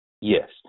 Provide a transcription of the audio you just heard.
Yes